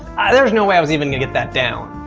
there's no way i was even gonna get that down.